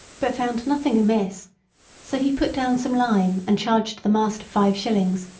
but found nothing amiss so he put down some lime and charged the master five shillings,